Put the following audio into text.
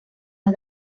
las